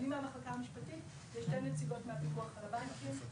אני מהמחלקה המשפטית ויש שתי נציגות מהפיקוח על הבנקים.